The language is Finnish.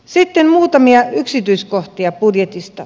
sitten muutamia yksityiskohtia budjetista